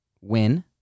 win